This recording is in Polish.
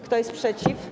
Kto jest przeciw?